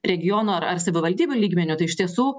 regionų ar ar savivaldybių lygmeniu tai iš tiesų